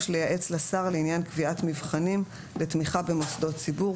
(3)לייעץ לשר לעניין קביעת מבחנים לתמיכה במוסדות ציבור,